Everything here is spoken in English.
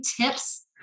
Tips